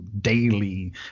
daily